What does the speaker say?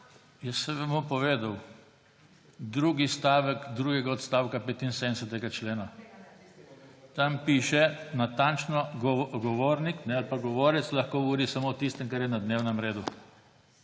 Jaz sem vam pa povedal, drugi stavek drugega odstavka 75. člena. Tam natančno piše, da govornik ali govorec lahko govori samo o tistem, kar je na dnevnem redu